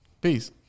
Peace